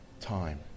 time